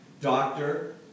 doctor